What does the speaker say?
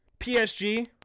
PSG